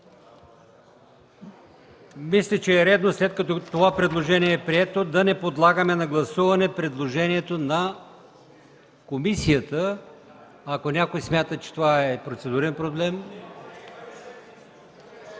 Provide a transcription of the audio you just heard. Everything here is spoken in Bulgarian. Мисля, че е редно, след като това предложение е прието, да не подлагаме на гласуване предложението на комисията, ако някой смята, че това е процедурен проблем.